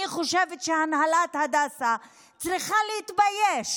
אני חושבת שהנהלת הדסה צריכה להתבייש